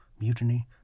mutiny